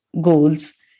goals